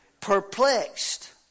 Perplexed